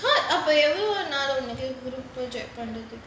!huh! அப்போ எவ்ளோ நாள் உனக்கு:appo evlo naal unakku project